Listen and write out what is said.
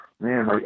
Man